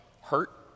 hurt